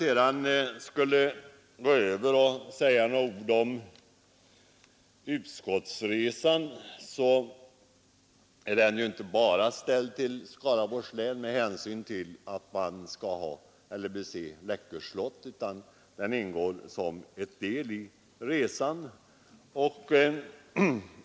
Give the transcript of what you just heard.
Utskottets resa går inte bara till Skaraborgs län för att utskottets ledamöter skall kunna bese Läckö slott — besöket där utgör en del i resan.